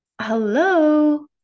hello